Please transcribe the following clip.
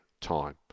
time